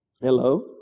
Hello